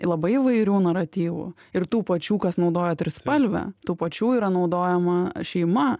labai įvairių naratyvų ir tų pačių kas naudoja trispalvę tų pačių yra naudojama šeima